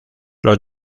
los